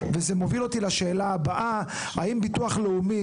וזה מוביל אותי לשאלה הבאה: האם הביטוח הלאומי,